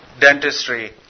dentistry